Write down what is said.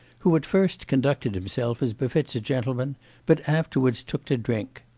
who at first conducted himself as befits a gentleman but afterwards took to drink.